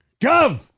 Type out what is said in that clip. Gov